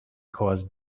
cause